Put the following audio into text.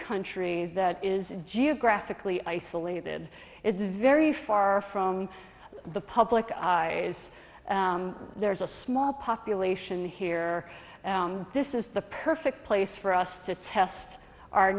country that is geographically isolated it's very far from the public eyes there's a small population here this is the perfect place for us to test our